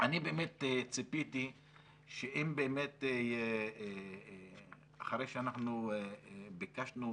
אני ציפיתי שאם אחרי שאנחנו ביקשנו